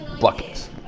buckets